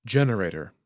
Generator